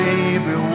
Baby